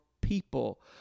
people